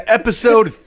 episode